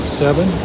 seven